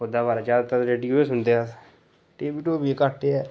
ओह्दे बारे च जैदातर रेडियो गै सुनदे अस टी वी टू वी घट्ट गै